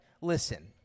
listen